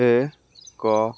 ଏକ